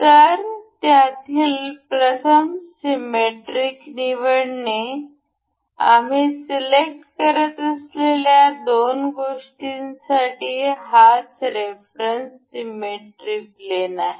तर त्यातील प्रथम सिमेट्रिक निवडणे आम्ही सिलेक्ट करत असलेल्या दोन गोष्टींसाठी हाच रेफरन्स सिमेट्रि प्लेन आहे